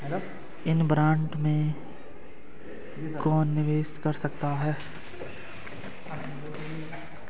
इस बॉन्ड में कौन निवेश कर सकता है?